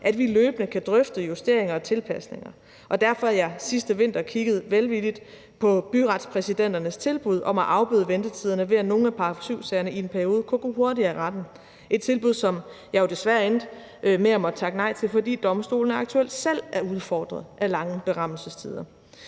at vi løbende kan drøfte justeringer og tilpasninger, og det er derfor, at jeg sidste vinter kiggede velvilligt på byretspræsidenternes tilbud om at afbøde ventetiderne ved, at nogle af § 7-sagerne i en periode kunne gå hurtigere i retten; et tilbud, som jeg jo desværre endte med at måtte takke nej til, fordi domstolene aktuelt selv er udfordret af lange berammelsestider.